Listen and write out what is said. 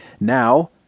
Now